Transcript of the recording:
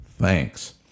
Thanks